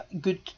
good